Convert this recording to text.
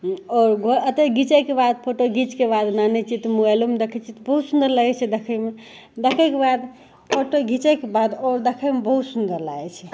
आओर घ ओत्तेक घिचैके बाद फोटो घिचैके बाद आनै छिए तऽ मोबाइलोमे देखै छिए तऽ बहुत सुन्दर लगै छै देखैमे देखैके बाद फोटो घिचैके बाद आओर देखैमे बहुत सुन्दर लागै छै